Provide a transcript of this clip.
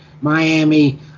Miami